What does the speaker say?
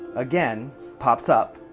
again pops up.